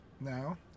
now